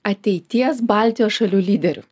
ateities baltijos šalių lyderių